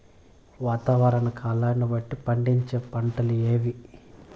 వాతావరణ కాలాన్ని బట్టి పండించే పంటలు ఏవి?